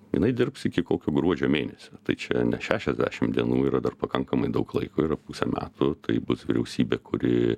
jinai dirbs iki kokio gruodžio mėnesio tai čia ne šešiasdešim dienų yra dar pakankamai daug laiko yra pusė metų tai bus vyriausybė kuri